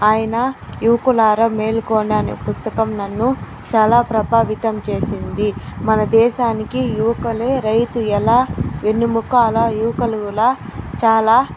ఆయన యువకులారా మేలుకోండి ఆనే పుస్తకం నన్ను చాలా ప్రభావితం చేసింది మన దేశానికి యువకులే రైతు ఎలా వెన్నెముక అలా యువకులల చాలా